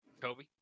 Kobe